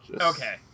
Okay